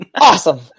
Awesome